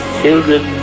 children